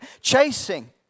chasing